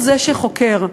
הוא שחוקר.